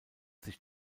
sich